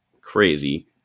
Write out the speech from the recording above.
crazy